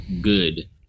good